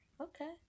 Okay